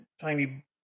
tiny